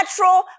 natural